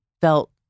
felt